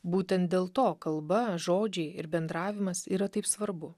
būtent dėl to kalba žodžiai ir bendravimas yra taip svarbu